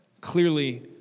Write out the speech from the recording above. Clearly